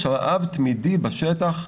יש רעב תמידי בשטח.